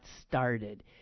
started